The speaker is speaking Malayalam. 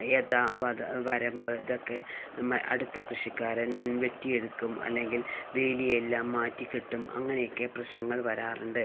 യഥാ വരമ്പ് ഇതൊക്കെ അടുത്ത കൃഷിക്കാരൻ വെട്ടിയെടുക്കും അല്ലെങ്കിൽ വേലിയൊല്ലാം മാറ്റി കെട്ടും അങ്ങനെയൊക്കെ പ്രശ്നങ്ങൾ വരാറുണ്ട്